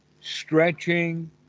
stretching